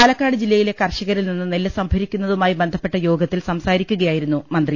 പാലക്കാട് ജില്ലയിലെ കർഷകരിൽ നിന്ന് നെല്ല് സംഭരിക്കുന്നതുമായി ബന്ധപ്പെട്ട യോഗത്തിൽ സംസാരിക്കുകയായിരുന്നു മന്ത്രി